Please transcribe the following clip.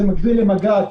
מקביל למג"ד,